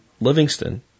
Livingston